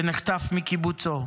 שנחטף מקיבוצו,